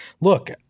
Look